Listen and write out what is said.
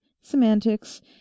semantics